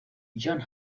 john